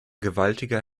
gewaltiger